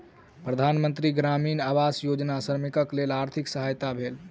प्रधान मंत्री ग्रामीण आवास योजना श्रमिकक लेल आर्थिक सहायक भेल